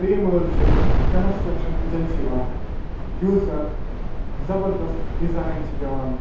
ترٛیٚیِم حظ چھِ کَنَسٹرٛکشَن اٮ۪جَنسی اَکھ یُس زَن زَبردست ڈِزایِن چھِ دِوان